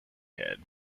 head